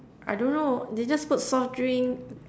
I don't know they just put soft drink